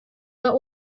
but